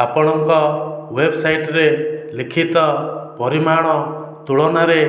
ଆପଣଙ୍କ ୱେବ୍ସାଇଟ୍ରେ ଲିଖିତ ପରିମାଣ ତୁଳନାରେ